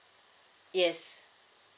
yes